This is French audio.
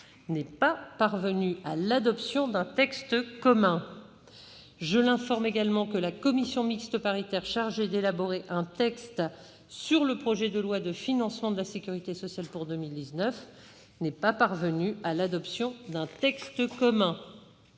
n'est pas parvenue à l'adoption d'un texte commun. Je l'informe également que la commission mixte paritaire chargée d'élaborer un texte sur le projet de loi de financement de la sécurité sociale pour 2019 n'est pas parvenue à l'adoption d'un texte commun.